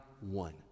one